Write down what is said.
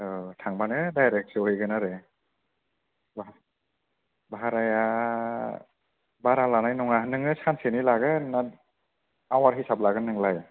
औ थांबानो दायरेक सहैगोनआरो बाह बाह्राया बारालानाय नङा नोङो सानसेनि लागोन ना आवार हिसाब लागोन नोंलाय